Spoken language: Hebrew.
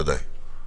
ודאי.